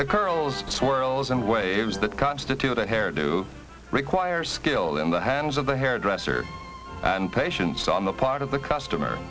the curls swirls and waves that constitute a hair do require skill in the hands of the hairdresser and patience on the part of the customer